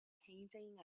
panting